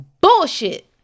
Bullshit